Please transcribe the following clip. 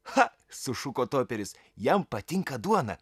cha sušuko toperis jam patinka duona